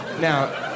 Now